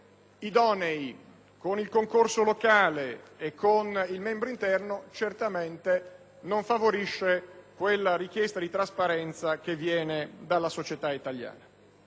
idonei, il concorso locale e il membro interno certamente non favorisce quella richiesta di trasparenza che viene dalla società italiana.